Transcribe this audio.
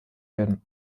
werden